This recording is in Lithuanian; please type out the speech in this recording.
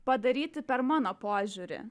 padaryti per mano požiūrį